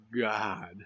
God